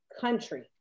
country